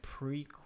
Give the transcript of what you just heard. prequel